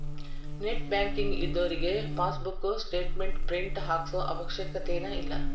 net banking ಇದ್ದೋರಿಗೆ passbook statement print ಹಾಕ್ಸೋ ಅವಶ್ಯಕತೆನ ಇಲ್ಲಾ